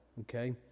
Okay